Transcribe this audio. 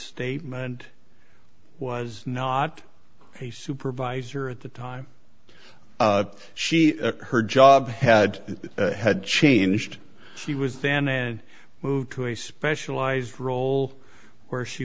statement was not a supervisor at the time she her job had had changed she was then and moved to a specialized role where she